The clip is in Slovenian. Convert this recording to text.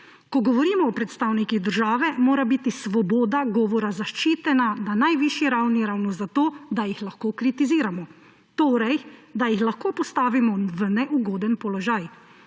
»Ko govorimo o predstavnikih države, mora biti svoboda govora zaščitena na najvišji ravni ravno zato, da jih lahko kritiziramo. Torej, da jih lahko postavimo v neugoden položaj.